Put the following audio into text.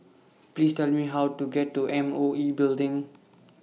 Please Tell Me How to get to M O E Building